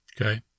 Okay